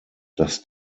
dass